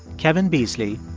kevin beasley,